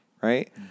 right